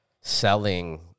selling